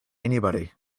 anybody